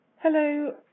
Hello